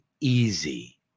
easy